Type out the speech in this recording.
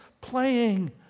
playing